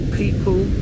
people